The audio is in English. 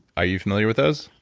are you familiar with those?